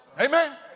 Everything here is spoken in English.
Amen